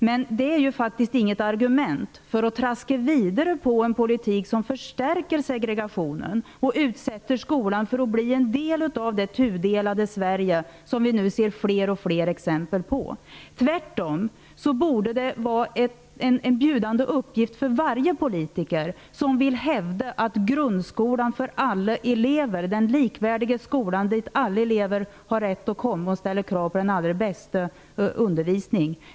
Men det är inget argument för att fortsätta vidare med en politik som förstärker segregationen och bidrar till att skolan blir en del av det tudelade Sverige, som vi nu kan se fler och fler exempel på. Tvärtom borde det vara en angelägen uppgift för varje politiker som vill hävda att grundskolan för alla elever skall vara den likvärdiga skolan dit alla elever har rätt att komma och ställa krav på den allra bästa undervisningen.